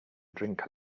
drink